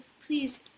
please